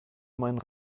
meinen